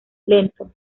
lento